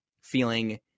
feeling